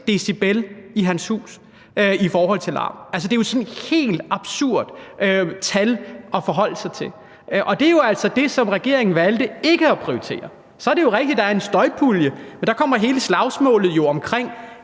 dB i sit hus. Altså, det er jo et sådan helt absurd tal at forholde sig til. Og det er jo altså det, som regeringen valgte ikke at prioritere. Så er det rigtigt, at der er en støjpulje, men der kommer hele slagsmålet om